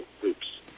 groups